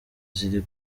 ziri